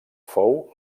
fou